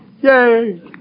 Yay